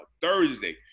Thursday